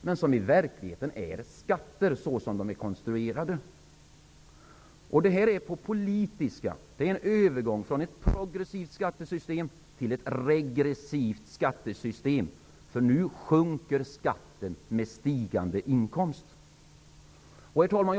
De är i verkligheten konstruerade som skatter. Det är en övergång från ett progressivt skattesystem till ett regressivt skattesystem, för nu sjunker skatten med stigande inkomst. Herr talman!